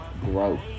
growth